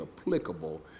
applicable